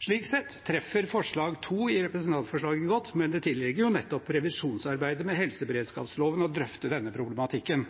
Slik sett treffer forslag nr. 2 i representantforslaget godt, men det tilligger jo nettopp revisjonsarbeidet med helseberedskapsloven å drøfte denne problematikken.